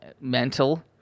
mental